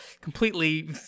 completely